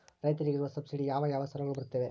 ರೈತರಿಗೆ ಇರುವ ಸಬ್ಸಿಡಿ ಯಾವ ಯಾವ ಸಾಲಗಳು ಬರುತ್ತವೆ?